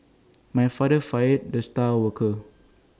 my father fired the star worker